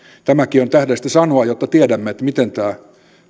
tämäkin on tähdellistä sanoa jotta tiedämme miten tämä